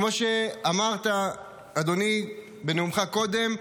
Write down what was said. כמו שאמרת אדוני, בנאומך קודם,